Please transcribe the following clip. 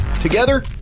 Together